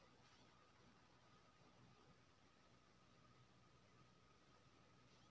कोशी क्षेत्र मे जलजमाव वाला जमीन मे केना सब फसल के सकय छी?